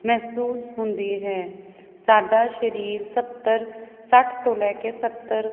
ਮਹਿਸੂਸ ਹੁੰਦੀ ਹੈ ਸਾਡਾ ਸਰੀਰ ਸੱਤਰ ਸੱਠ ਤੋਂ ਲੈ ਕੇ ਸੱਥਰ